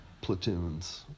platoons